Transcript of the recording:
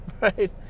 right